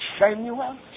Samuel